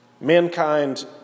Mankind